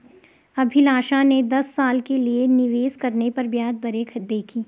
अभिलाषा ने दस साल के लिए निवेश करने पर ब्याज दरें देखी